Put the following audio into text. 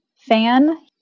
fan